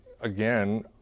again